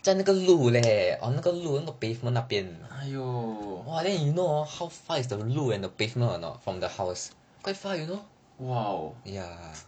!aiyo! !wow!